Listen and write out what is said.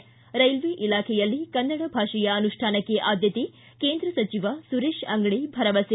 ಿ ಕೈಲ್ವೆ ಇಲಾಖೆಯಲ್ಲಿ ಕನ್ನಡ ಭಾಷೆಯ ಅನುಷ್ಠಾನಕ್ಕೆ ಆದ್ಯತೆ ಕೇಂದ್ರ ಸಚಿವ ಸುರೇಶ ಅಂಗಡಿ ಭರವಸೆ